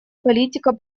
политика